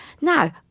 Now